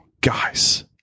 Guys